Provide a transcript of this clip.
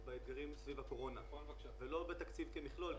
בהיבטים סביב הקורונה ולא בתקציב כמכלול.